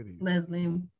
Leslie